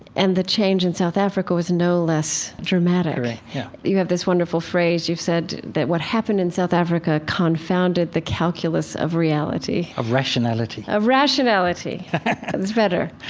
and the change in south africa was no less dramatic correct. yeah you have this wonderful phrase. you've said that what happened in south africa confounded the calculus of reality. of rationality of rationality. that's better.